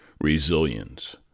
Resilience